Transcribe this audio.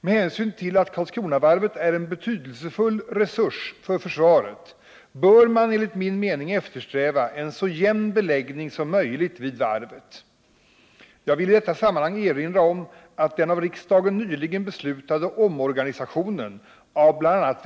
Med hänsyn till att Karlskronavarvet är en betydelsefull resurs för försvaret bör man enligt min mening eftersträva en så jämn beläggning som möjligt vid varvet. Jag vill i detta sammanhang erinra om att den av riksdagen nyligen beslutade omorganisation&n av bl.a.